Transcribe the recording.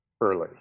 early